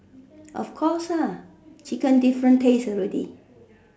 of course ah chicken different taste already